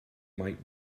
might